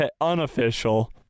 unofficial